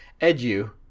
edu